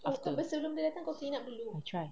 after I try